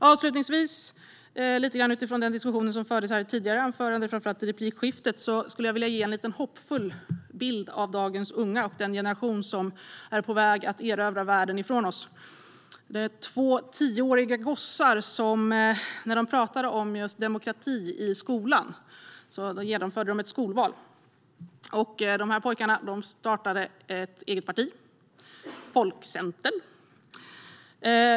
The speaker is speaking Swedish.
Avslutningsvis vill jag, utifrån den diskussion som fördes i tidigare anförande och framför allt i replikskiftet, delge en hoppfull bild av dagens unga och den generation som är på väg att erövra världen. Det handlar om två tioåriga gossar. I deras skola pratade man om demokrati och genomförde ett skolval. De här pojkarna startade ett eget parti, Folkcentern.